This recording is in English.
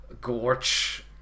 Gorch